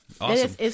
Awesome